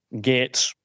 get